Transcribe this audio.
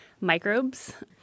microbes